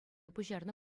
пуҫарнӑ